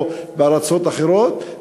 או בארצות אחרות,